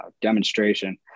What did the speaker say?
demonstration